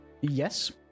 Yes